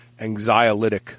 anxiolytic